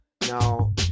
Now